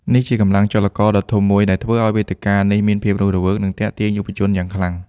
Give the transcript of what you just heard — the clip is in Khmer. នេះជាកម្លាំងចលករដ៏ធំមួយដែលធ្វើឱ្យវេទិកានេះមានភាពរស់រវើក និងទាក់ទាញយុវជនយ៉ាងខ្លាំង។